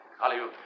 Hallelujah